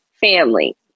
Family